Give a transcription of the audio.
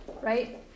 right